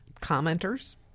commenters